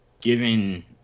given